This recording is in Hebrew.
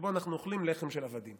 שבו אנחנו אוכלים לחם של עבדים.